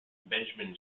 benjamin